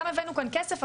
גם הבאנו כאן כסף,